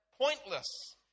pointless